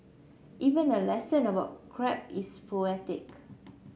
even a lesson about crab is poetic